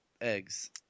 eggs